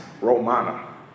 Romana